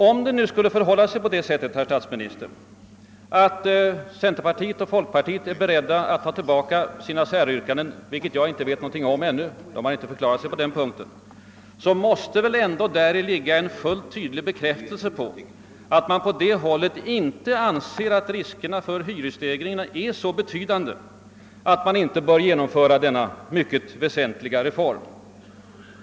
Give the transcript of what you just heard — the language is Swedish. Om det nu skulle förhålla sig på det sättet, herr statsminister, att centerpartiet och folkpartiet är beredda att ta tillbaka sina säryrkanden, vilket jag inte vet någonting om ännu — de har inte förklarat sig på den punkten — måste väl ändå däri sägas ligga en fullt klar bekräftelse på att man på det hållet inte anser, att riskerna för hyresstegring är så betydande att man inte bör genomföra denna mycket väsentliga reform.